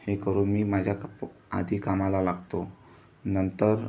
हे करून मी माझ्या कप् आधी कामाला लागतो नंतर